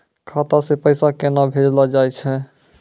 खाता से पैसा केना भेजलो जाय छै?